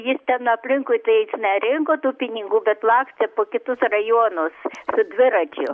jis ten aplinkui tai jis nerinko tų pinigų bet lakstė po kitus rajonus dviračiu